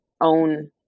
own